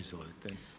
Izvolite.